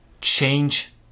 change